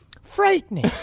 frightening